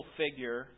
figure